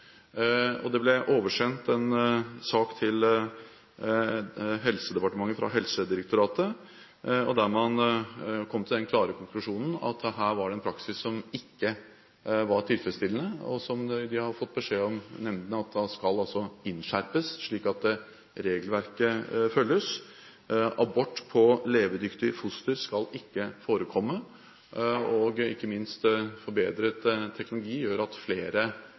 Det ble oversendt en sak til Helsedepartementet fra Helsedirektoratet, der man kom til den klare konklusjonen at her var det en praksis som ikke var tilfredsstillende. Nemndene har fått beskjed om at det skal innskjerpes, slik at regelverket følges. Abort på levedyktig foster skal ikke forekomme. Ikke minst gjør forbedret teknologi at flere